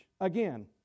again